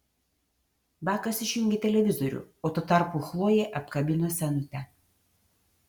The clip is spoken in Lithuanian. bakas išjungė televizorių o tuo tarpu chlojė apkabino senutę